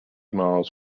miles